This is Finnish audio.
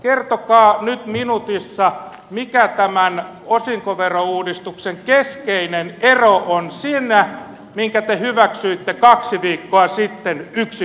kertokaa nyt minuutissa mikä tämän osinkoverouudistuksen keskeinen ero on siihen minkä te hyväksyitte kaksi viikkoa sitten yksimielisesti